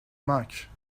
much